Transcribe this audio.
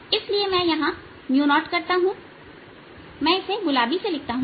इसलिए मैं यहां 0करता हूं मैं इसे गुलाबी से लिखता हूं